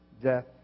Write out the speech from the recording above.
death